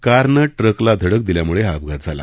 कारनं ट्रकला धडक दिल्यामुळे हा अपघात झाला